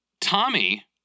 Tommy